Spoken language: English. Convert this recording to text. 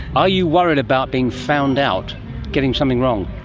are you worried about being found out getting something wrong?